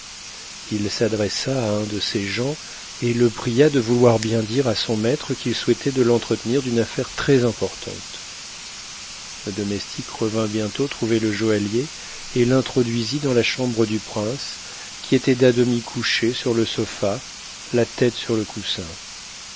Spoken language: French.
i s'adressa à un de ses gens et le pria de vouloir bien dire à son maître qu'il souhaitait de l'entretenir d'une affaire très-importante le domestique revint bientôt trouver le joaillier et l'introduisit dans la chambre du prince qui était t demi couché sur le sofa la tête sur le coussin